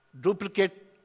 duplicate